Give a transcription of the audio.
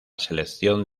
selección